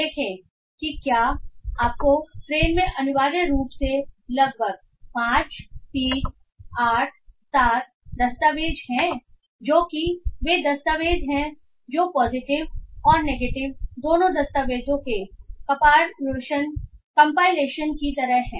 देखें कि क्या आपको ट्रेन में अनिवार्य रूप से लगभग 5 3 8 7 दस्तावेज हैं जो कि वे दस्तावेज हैं जो पॉजिटिव और नेगेटिव दोनों दस्तावेज़ों के कंपाइलेशन की तरह हैं